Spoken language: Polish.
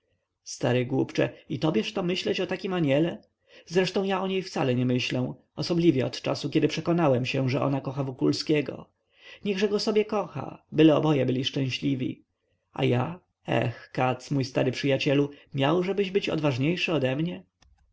stary głupcze i tobież to myśleć o takim aniele zresztą ja o niej wcale nie myślę osobliwie od czasu kiedy przekonałem się że ona kocha wokulskiego niechże go sobie kocha byle oboje byli szczęśliwi a ja ej katz mój stary przyjacielu miałżebyś być odważniejszy odemnie